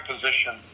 position